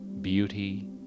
beauty